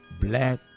Black